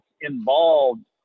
involved